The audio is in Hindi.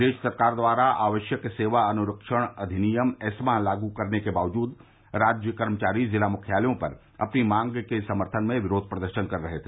प्रदेश सरकार द्वारा आवश्यक सेवा अनुरक्षण अधिनियम ऐस्मा लागू करने के बावजूद राज्य कर्मचारी ज़िला मुख्यालयों पर अपनी मांग के समर्थन में विरोध प्रदर्शन कर रहे हैं